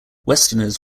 westerners